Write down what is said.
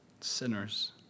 sinners